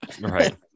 Right